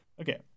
Okay